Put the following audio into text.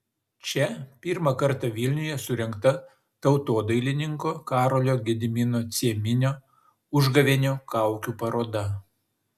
čia pirmą kartą vilniuje surengta tautodailininko karolio gedimino cieminio užgavėnių kaukių paroda